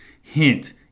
Hint